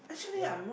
ya